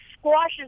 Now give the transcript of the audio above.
squashes